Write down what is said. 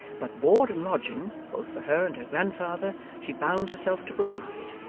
but board and lodging, both for her and her grandfather, she bound herself to provide,